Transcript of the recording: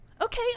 Okay